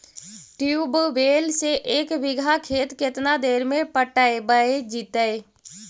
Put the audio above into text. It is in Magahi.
ट्यूबवेल से एक बिघा खेत केतना देर में पटैबए जितै?